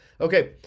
Okay